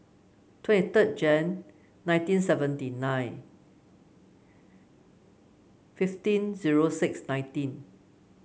twenty third Jan nineteen seventy nine fifteen zero six nineteen